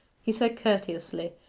he said courteously,